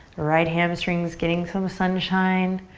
right hamstring's getting some sunshine.